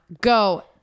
go